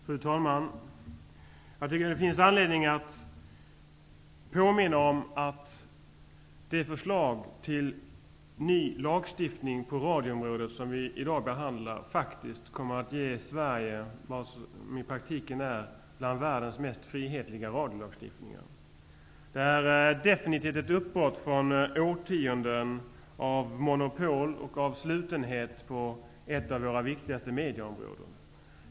Fru talman! Jag tycker att det finns anledning att påminna om att det förslag till ny lagstiftning på radioområdet som vi i dag behandlar faktiskt kommer att ge Sverige vad som i praktiken är en av världens mest frihetliga radiolagstiftningar. Det är definitivt ett uppbrott från årtionden av monopol och slutenhet på ett av våra viktigaste mediaområden.